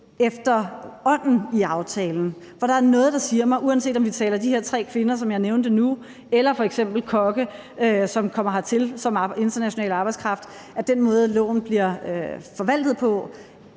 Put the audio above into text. efter ånden i aftalen. For der er noget, der siger mig, uanset om vi taler de her tre kvinder, som jeg nævnte nu, eller f.eks. kokke, som kommer hertil som international arbejdskraft, at den måde, loven bliver forvaltet på,